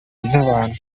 z’abantu